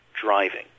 driving